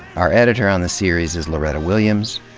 our editor on the series is loretta williams.